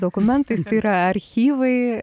dokumentais tai yra archyvai